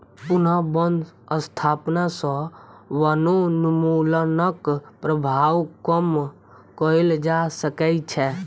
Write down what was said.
पुनः बन स्थापना सॅ वनोन्मूलनक प्रभाव कम कएल जा सकै छै